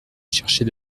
chercher